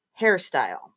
hairstyle